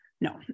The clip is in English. No